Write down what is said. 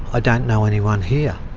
i don't know anyone here.